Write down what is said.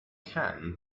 can